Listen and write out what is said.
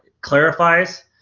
clarifies